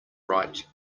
bright